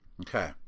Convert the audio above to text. Okay